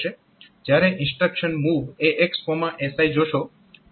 જ્યારે instruction MOV AX SI જોશો